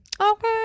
Okay